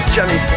Jenny